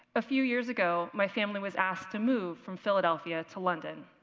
a few years ago, my family was asked to move from philadelphia to london.